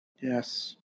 Yes